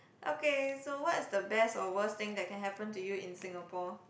okay so what's the best or worse thing that can happen to you in Singapore